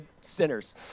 sinners